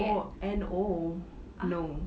oh and oh no